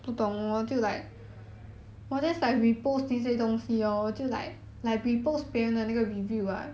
mask 这样热怎样怎样 promote sia 都很难 promote